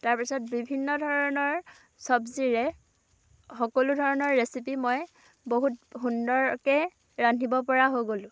তাৰপিছত বিভিন্ন ধৰণৰ চব্জিৰে সকলো ধৰণৰ ৰেচিপি মই বহুত সুন্দৰকৈ ৰান্ধিব পৰা হৈ গ'লোঁ